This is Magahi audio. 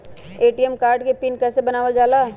ए.टी.एम कार्ड के पिन कैसे बनावल जाला?